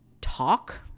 talk